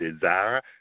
desire